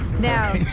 Now